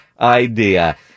idea